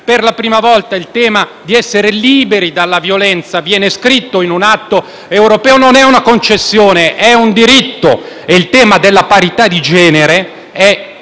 per la prima volta il tema di essere liberi dalla violenza viene scritto in un atto europeo. Non è una concessione, ma un diritto e il tema della parità di genere è